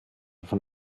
von